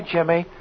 Jimmy